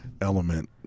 element